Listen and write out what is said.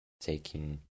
taking